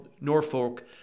norfolk